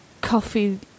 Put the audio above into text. coffee